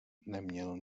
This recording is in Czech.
neměl